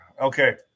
okay